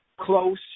close